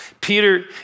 Peter